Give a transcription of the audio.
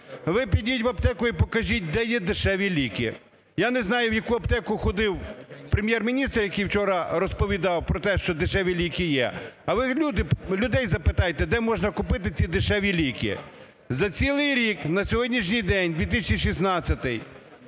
Ви підіть в аптеку і покажіть, де є дешеві ліки. Я не знаю, в яку аптеку ходив Прем'єр-міністр, який вчора розповідав про те, що дешеві ліки є. Але в людей запитайте, де можна купити ці дешеві ліки. За цілий рік, на сьогоднішній день, 2016-й,